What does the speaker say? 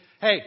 hey